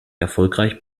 erfolgreich